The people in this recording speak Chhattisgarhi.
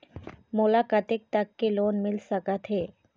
मोला कतेक तक के लोन मिल सकत हे?